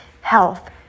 health